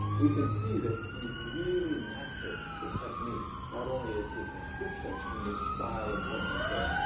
we can see that he's really mastered the technique. not only is his inscription in the style of chen hongshou,